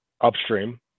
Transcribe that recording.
upstream